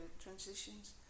transitions